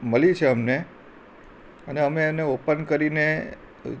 મળી છે અમને અને અમે એને ઓપન કરીને